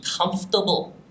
comfortable